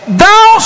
thou